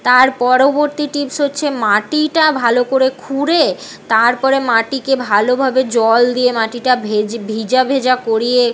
তার পরবর্তী টিপস হচ্ছে মাটিটা ভালো করে খুঁড়ে তারপরে মাটিকে ভালোভাবে জল দিয়ে মাটিটা ভেজ ভিজা ভেজা করিয়ে